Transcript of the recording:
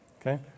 Okay